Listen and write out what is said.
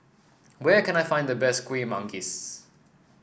where can I find the best Kueh Manggis